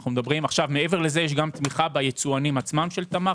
מעבר לזה יש גם תמיכה ביצואנים של תמר,